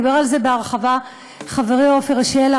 ודיבר על זה בהרחבה חברי עפר שלח,